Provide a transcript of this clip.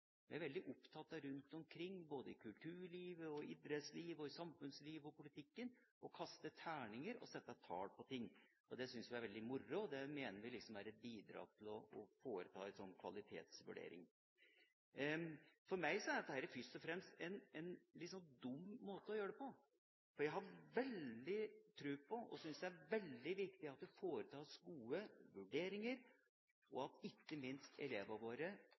Vi er veldig opptatt av rundt omkring, i både kulturlivet, idrettslivet, samfunnslivet og politikken, å kaste terninger og sette tall på ting. Det syns vi er veldig moro, og det mener vi er et bidrag til å foreta en kvalitetsvurdering. For meg er dette først og fremst en litt dum måte å gjøre det på. Jeg har veldig tro på og syns det er veldig viktig at det foretas gode vurderinger, og at ikke minst elevene våre